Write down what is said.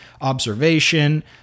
Observation